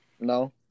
No